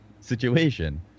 situation